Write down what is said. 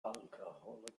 alcoholic